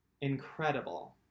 incredible